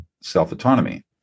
self-autonomy